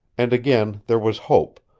and again there was hope,